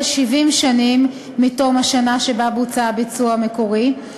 70 שנים מתום השנה שבה בוצע הביצוע המקורי,